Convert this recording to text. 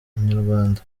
inyarwanda